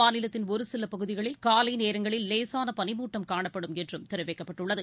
மாநிலத்தின் ஒருசிலபகுதிகளில் காலைநேரங்களில் லேசானபனிமூட்டம் காணப்படும் என்றும் தெரிவிக்கப்பட்டுள்ளது